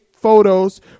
photos